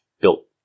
built